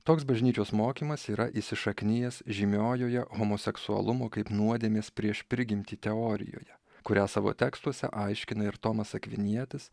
toks bažnyčios mokymas yra įsišaknijęs žymiojoje homoseksualumo kaip nuodėmės prieš prigimtį teorijoje kurią savo tekstuose aiškina ir tomas akvinietis